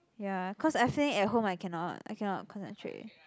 ya cause I think at home I cannot I cannot concentrate